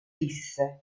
fisse